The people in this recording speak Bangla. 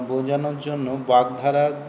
বোঝানোর জন্য বাগ্ধারার